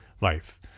life